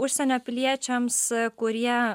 užsienio piliečiams kurie